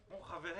חברים,